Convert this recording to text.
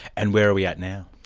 and where are we at now?